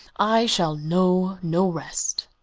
i shall know no rest.